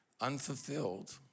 unfulfilled